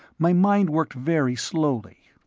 my mind worked very slowly.